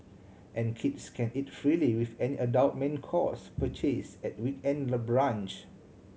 and kids can eat freely with any adult main course purchase at week end the brunch